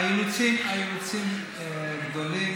האילוצים גדולים,